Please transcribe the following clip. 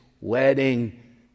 wedding